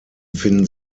finden